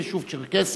יש יישוב צ'רקסי.